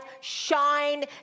Shine